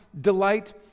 delight